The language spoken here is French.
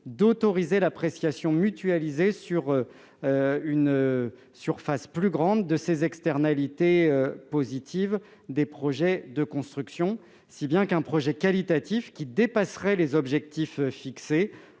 d'autoriser l'appréciation mutualisée, sur une surface plus grande, des externalités positives des projets de construction. Un projet qualitatif qui dépasserait les objectifs fixés